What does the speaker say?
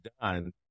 done